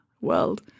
world